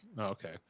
Okay